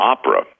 Opera